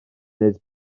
munud